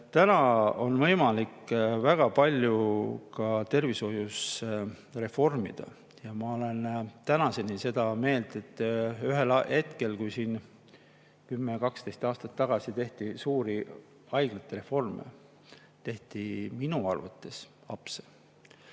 Täna on võimalik väga palju ka tervishoius reformida. Ma olen tänaseni seda meelt, et ühel hetkel, kui siin 10 või 12 aastat tagasi tehti suuri haiglate reforme, tehti minu arvates apse.